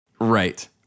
Right